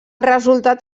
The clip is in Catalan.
resultat